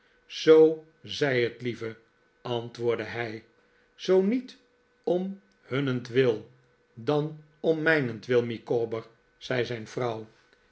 zoo zij het lieve antwoordde hij zoo niet om hunnentwil dan om mijnentwil micawber zei zijn vrouw